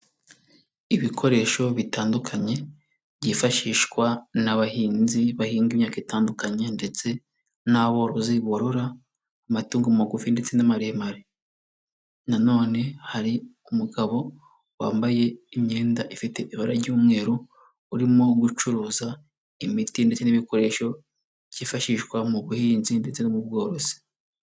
Ibikoresho bitandukanye, byifashishwa n'abahinzi bahinga imyaka itandukanye, ndetse n'aborozi borora, amatungo magufi ndetse n'amaremare. Na none hari umugabo wambaye imyenda ifite ibara ry'umweru, urimo gucuruza imiti ndetse n'ibikoresho, byifashishwa mu buhinzi ndetse no mu bworozi.